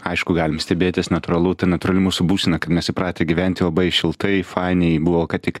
aišku galim stebėtis natūralu tai natūrali mūsų būsena kad mes įpratę gyventi labai šiltai fainiai buvo ką tik